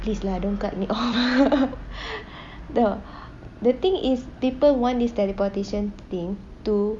please lah don't cut me off lah the the thing is people want this teleportation thing to